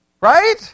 Right